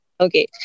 Okay